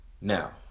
Now